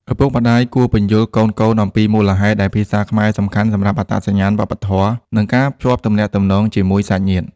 ឪពុកម្តាយគួរពន្យល់កូនៗអំពីមូលហេតុដែលភាសាខ្មែរសំខាន់សម្រាប់អត្តសញ្ញាណវប្បធម៌ និងការភ្ជាប់ទំនាក់ទំនងជាមួយសាច់ញាតិ។